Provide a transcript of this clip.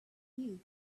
you